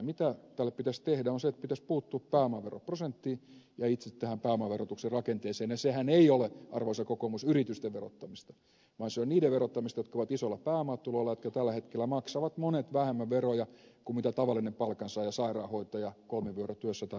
mitä tälle pitäisi tehdä on se että pitäisi puuttua pääomaveroprosenttiin ja itse tähän pääomaverotuksen rakenteeseen ja sehän ei ole arvoisa kokoomus yritysten verottamista vaan se on niiden verottamista jotka ovat isoilla pääomatuloilla ja joista tällä hetkellä monet maksavat vähemmän veroja kuin mitä tavallinen palkansaaja sairaanhoitaja kolmivuorityössä tai metallimies maksaa